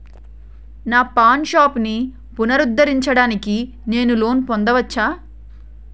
నా పాన్ షాప్ని పునరుద్ధరించడానికి నేను లోన్ పొందవచ్చా?